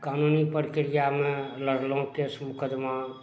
कानूनी परक्रिआमे लड़लहुँ केस मुकदमा